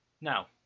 Now